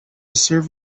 serve